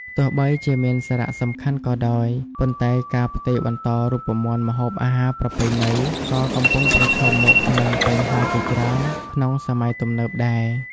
ទោះបីជាមានសារៈសំខាន់ក៏ដោយ ប៉ុន្តែការផ្ទេរបន្តរូបមន្តម្ហូបអាហារប្រពៃណីក៏កំពុងប្រឈមមុខនឹងបញ្ហាជាច្រើនក្នុងសម័យទំនើបដែរ។